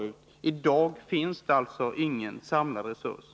I dag finns det alltså ingen samlad resurs.